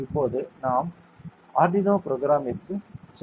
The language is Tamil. இப்போது நாம் ஆர்டினோ ப்ரோக்ராம்ற்கு செல்வோம்